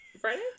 Friday